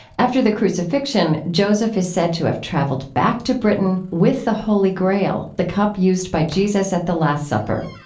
after the crucifixion, joseph is said to have traveled back to britain with the holy grail, the cup used by jesus at the last supper.